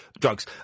drugs